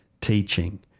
teaching